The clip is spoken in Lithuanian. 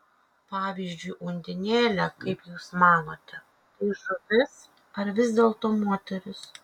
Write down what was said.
pavyzdžiui undinėlė kaip jūs manote tai žuvis ar vis dėlto moteris